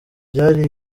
byari